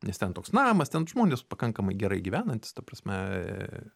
nes ten toks namas ten žmonės pakankamai gerai gyvenantys ta prasme